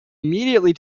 immediately